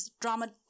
drama